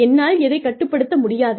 என்னால் எதைக் கட்டுப்படுத்த முடியாது